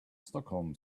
stockholm